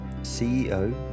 CEO